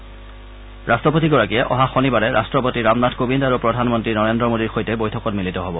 জাৰ্মানৰ ৰাট্টপতিগৰাকীয়ে অহা শনিবাৰে ৰাট্টপতি ৰামনাথ কোবিন্দ আৰু প্ৰধানমন্ত্ৰী নৰেন্দ্ৰ মোদীৰ সৈতে বৈঠকত মিলিত হ'ব